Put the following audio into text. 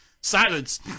Silence